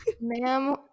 Ma'am